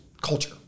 culture